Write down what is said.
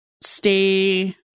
stay